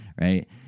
Right